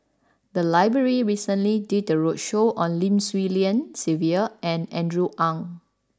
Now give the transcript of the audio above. the library recently did a roadshow on Lim Swee Lian Sylvia and Andrew Ang